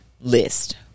list